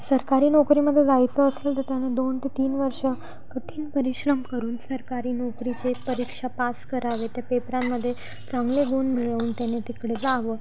सरकारी नोकरीमध्ये जायचं असल तर त्याने दोन ते तीन वर्ष कठीण परिश्रम करून सरकारी नोकरीचे परीक्षा पास करावे त्या पेपरांमध्ये चांगले गुण मिळवून त्याने तिकडे जावं